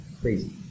crazy